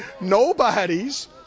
Nobody's